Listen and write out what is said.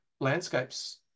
landscapes